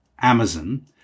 Amazon